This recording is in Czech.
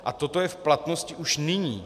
A toto je v platnosti už nyní.